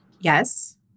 yes